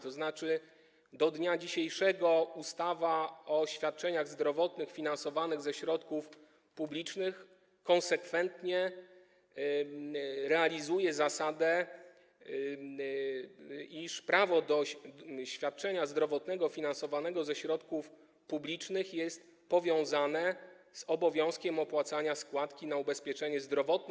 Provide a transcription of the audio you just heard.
To znaczy do dnia dzisiejszego ustawa o świadczeniach zdrowotnych finansowanych ze środków publicznych konsekwentnie realizuje zasadę, iż prawo do świadczenia zdrowotnego finansowanego ze środków publicznych jest powiązane z obowiązkiem opłacania składki na ubezpieczenie zdrowotne.